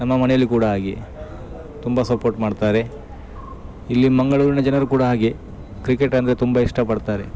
ನಮ್ಮ ಮನೆಯಲ್ಲಿ ಕೂಡ ಹಾಗೆ ತುಂಬ ಸಪೋರ್ಟ್ ಮಾಡ್ತಾರೆ ಇಲ್ಲಿ ಮಂಗಳೂರಿನ ಜನರು ಕೂಡ ಹಾಗೆ ಕ್ರಿಕೆಟ್ ಅಂದರೆ ತುಂಬ ಇಷ್ಟಪಡ್ತಾರೆ